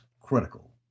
critical